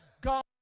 God